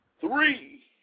three